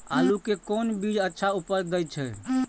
आलू के कोन बीज अच्छा उपज दे छे?